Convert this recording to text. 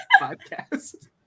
podcast